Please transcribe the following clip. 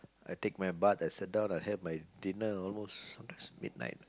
I take my butt I sit down I had my dinner almost sometimes midnight